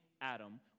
Adam